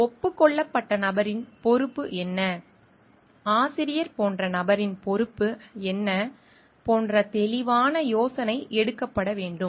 ஒப்புக்கொள்ளப்பட்ட நபரின் பொறுப்பு என்ன ஆசிரியர் போன்ற நபரின் பொறுப்பு என்ன போன்ற தெளிவான யோசனை எடுக்கப்பட வேண்டும்